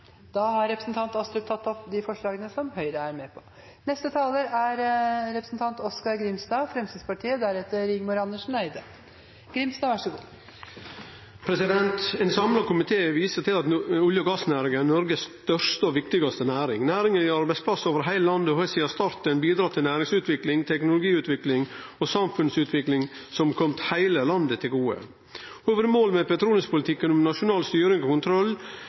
Da har representanten Nikolai Astrup tatt opp det forslaget som han refererte til. Ein samla komité viser til at olje- og gassnæringa er Noregs største og viktigaste næring. Næringa gir arbeidsplassar over heile landet og har sidan starten bidrege til næringsutvikling, teknologiutvikling og samfunnsutvikling som har kome heile landet til gode. Hovudmålet med petroleumspolitikken om nasjonal styring og kontroll